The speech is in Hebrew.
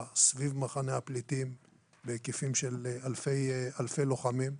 מחנה הפליטים בהיקף של אלפי לוחמים.